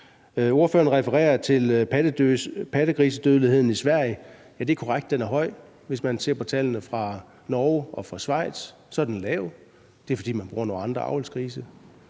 Ordføreren refererer til pattegrisedødeligheden i Sverige. Ja, det er korrekt, at den er høj. Hvis man ser på tallene fra Norge og fra Schweiz, er den lav. Det er, fordi man bruger nogle andre avlsgrise.